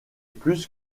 plus